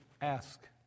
ask